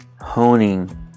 honing